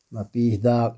ꯅꯥꯄꯤ ꯍꯤꯗꯥꯛ